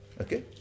Okay